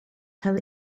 fell